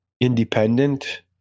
independent